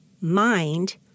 mind